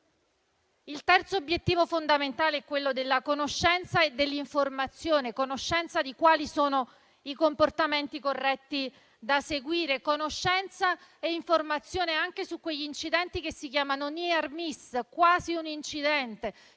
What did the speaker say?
Il terzo obiettivo fondamentale è quello della conoscenza e dell'informazione: conoscenza di quali sono i comportamenti corretti da seguire; conoscenza e informazione anche su quegli incidenti che si chiamano *near miss*, ovvero quasi incidenti,